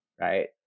right